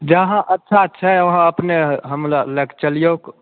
जहाँ अच्छा छै वहाँ अपने हमरा लैके चलियौ